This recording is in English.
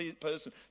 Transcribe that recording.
person